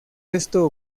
esto